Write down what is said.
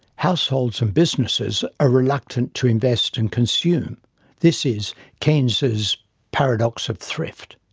households and businesses are reluctant to invest and consume' this is keynes's paradox of thrift.